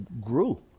grew